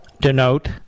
denote